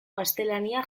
gaztelania